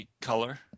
Color